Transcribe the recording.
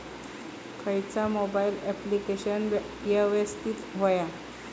खयचा mobile application यवस्तित होया?